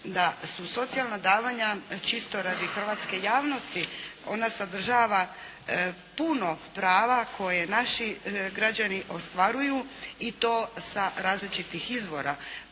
da su socijalna davanja čisto radi hrvatske javnosti. Ona sadržava puno prava koje naši građani ostvaruju i to sa različitih izvora